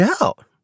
out